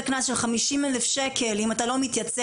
קנס של חמישים אלף שקל אם אתה לא מתייצב,